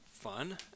fun